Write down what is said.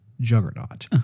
Juggernaut